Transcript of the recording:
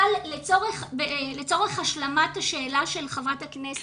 אבל לצורך השלמת השאלה של חברת הכנסת,